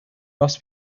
must